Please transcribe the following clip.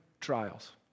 trials